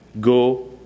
Go